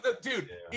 Dude